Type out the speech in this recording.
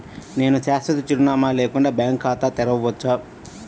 నేను శాశ్వత చిరునామా లేకుండా బ్యాంక్ ఖాతా తెరవచ్చా?